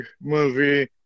movie